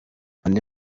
andi